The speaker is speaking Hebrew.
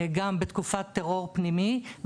גם בתקופת טרור פנימי.